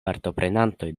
partoprenantoj